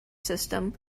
system